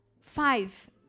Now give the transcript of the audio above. Five